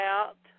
Out